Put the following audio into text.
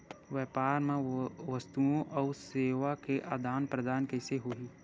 व्यापार मा वस्तुओ अउ सेवा के आदान प्रदान कइसे होही?